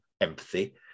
empathy